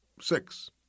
Six